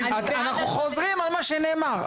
אנחנו חוזרים על מה שנאמר.